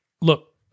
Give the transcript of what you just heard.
look